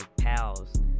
pals